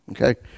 Okay